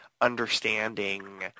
understanding